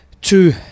two